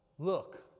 Look